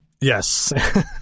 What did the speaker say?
yes